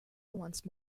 once